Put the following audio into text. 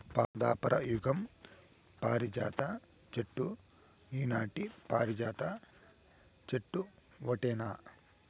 దాపర యుగం పారిజాత చెట్టు ఈనాటి పారిజాత చెట్టు ఓటేనా